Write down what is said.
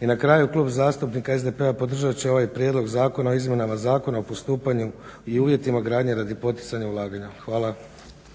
I na kraju, Klub zastupnika SDP-a podržat će ovaj prijedlog zakona o izmjenama zakona o postupanju i uvjetima gradnje radi poticanja ulaganja. Hvala.